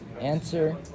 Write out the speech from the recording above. answer